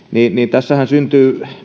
tässähän syntyy